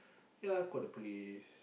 ya called the police